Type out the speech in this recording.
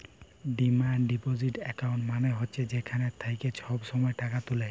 demand deposit account মালে হছে যেখাল থ্যাইকে ছব ছময় টাকা তুলে